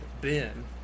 Ben